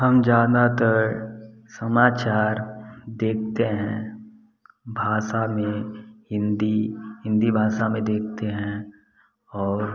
हम ज़्यादातर समाचार देखते हैं भाषा में हिन्दी हिन्दी भाषा में देखते हैं और